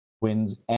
wins